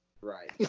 Right